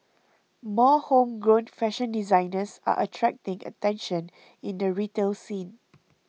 more homegrown fashion designers are attracting attention in the retail scene